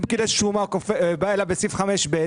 אם פקיד השומה בא אליו בסעיף 5(ב),